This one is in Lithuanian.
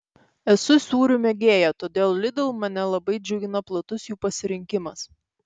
esu sūrių mėgėja todėl lidl mane labai džiugina platus jų pasirinkimas